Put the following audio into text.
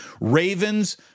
Ravens